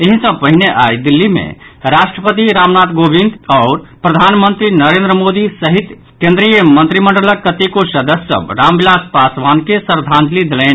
एहि सँ पहिने आई दिल्ली मे राष्ट्रपति रामनाथ कोबिंद आओर प्रधानमंत्री नरेन्द्र मोदी सहित केन्द्रीय मंत्रिमंडलक कतेको सदस्य सभ रामविलास पासवान के श्रद्धांजलि देलनि